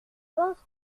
pense